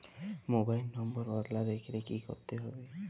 Mobile নম্বর বদলাতে গেলে কি করতে হবে?